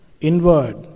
inward